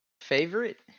Favorite